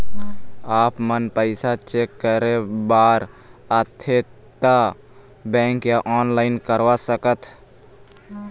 आपमन पैसा चेक करे बार आथे ता बैंक या ऑनलाइन करवा सकत?